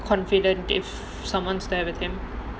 confident if someone's there with him